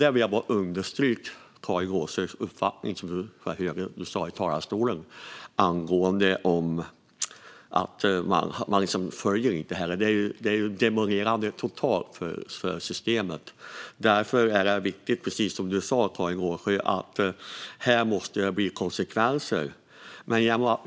Där vill jag bara understryka Karin Rågsjös uppfattning i talarstolen, för det är ju totalt demolerande för systemet. Därför är det viktigt, precis som du sa Karin Rågsjö, att här måste det bli konsekvenser. Fru talman!